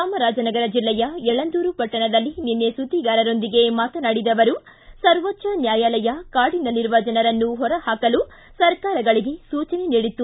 ಚಾಮರಾಜನಗರ ಜಿಲ್ಲೆಯ ಯಳಂದೂರು ಪಟ್ಟಣದಲ್ಲಿ ನಿನ್ನೆ ಸುದ್ದಿಗಾರರೊಂದಿಗೆ ಮಾತನಾಡಿದ ಅವರು ಸರ್ವೋಚ್ಚ ನ್ನಾಯಾಲಯ ಕಾಡಿನಲ್ಲಿರುವ ಜನರನ್ನು ಹೊರಹಾಕಲು ಸರ್ಕಾರಗಳಗೆ ಸೂಚನೆ ನೀಡಿತ್ತು